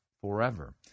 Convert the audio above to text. forever